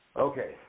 okay